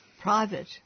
private